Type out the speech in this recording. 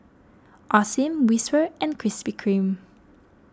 Osim Whisper and Krispy Kreme